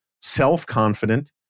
self-confident